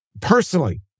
personally